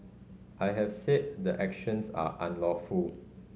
I have said the actions are unlawful